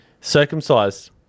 Circumcised